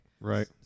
Right